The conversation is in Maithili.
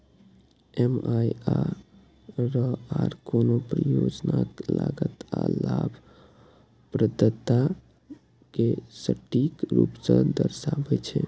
एम.आई.आर.आर कोनो परियोजनाक लागत आ लाभप्रदता कें सटीक रूप सं दर्शाबै छै